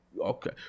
Okay